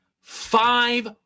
five